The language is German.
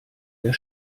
der